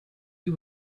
you